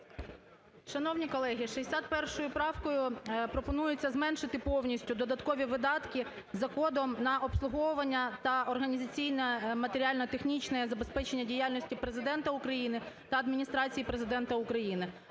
Шановні колеги, 61 правкою пропонується зменшити повністю додаткові видатки за кодом "на обслуговування та організаційне матеріально-технічне забезпечення діяльності Президента України та Адміністрації Президента України"